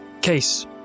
case